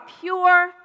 pure